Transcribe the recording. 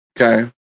Okay